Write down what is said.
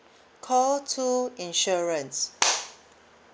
call two insurance